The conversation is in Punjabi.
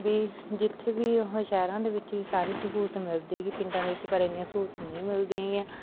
ਵੀ ਜਿੱਥੇ ਵੀ ਉਹ ਸ਼ਹਿਰਾਂ ਦੇ ਵਿੱਚ ਵੀ ਸਾਰੀ ਸਹੂਲਤ ਮਿਲਦੀ ਹੈਗੀ ਪਿੰਡਾਂ ਦੇ ਵਿੱਚ ਪਰ ਇੰਨੀਆਂ ਸਹੂਲਤ ਨਹੀਂ ਮਿਲਦੀਆਂ ਹੈਗੀਆਂ